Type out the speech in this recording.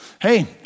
Hey